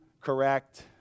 correct